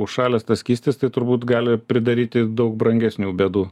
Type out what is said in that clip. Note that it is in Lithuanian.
užšalęs tas skystis tai turbūt gali pridaryti daug brangesnių bėdų